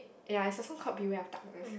ya it's a song called Beware-of-Darkness